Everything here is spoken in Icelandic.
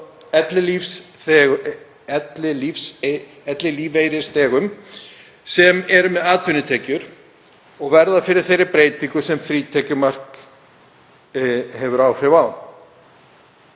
ellilífeyrisþegum með atvinnutekjur og verða fyrir þeirri breytingu sem frítekjumark hefur áhrif á.